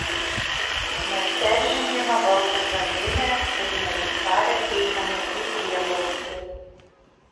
mes peržengiame vartų grandinę ir nesitarę einame į prieglobstį